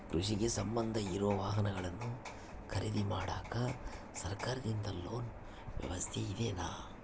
ಕೃಷಿಗೆ ಸಂಬಂಧ ಇರೊ ವಾಹನಗಳನ್ನು ಖರೇದಿ ಮಾಡಾಕ ಸರಕಾರದಿಂದ ಲೋನ್ ವ್ಯವಸ್ಥೆ ಇದೆನಾ?